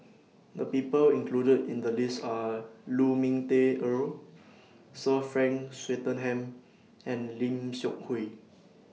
The People included in The list Are Lu Ming Teh Earl Sir Frank Swettenham and Lim Seok Hui